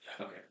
Okay